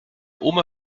oma